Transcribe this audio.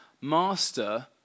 Master